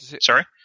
Sorry